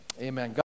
amen